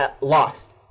lost